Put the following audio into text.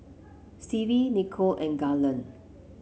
Stevie Nichol and Garland